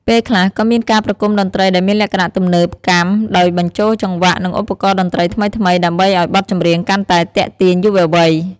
ពេលខ្លះក៏មានការប្រគុំតន្ត្រីដែលមានលក្ខណៈទំនើបកម្ម ដោយបញ្ចូលចង្វាក់ និងឧបករណ៍តន្ត្រីថ្មីៗ ដើម្បីឱ្យបទចម្រៀងកាន់តែទាក់ទាញយុវវ័យ ។